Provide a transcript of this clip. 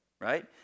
right